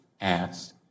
asked